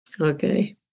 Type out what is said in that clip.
Okay